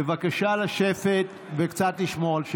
בבקשה לשבת וקצת לשמור על שקט.